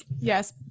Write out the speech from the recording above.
yes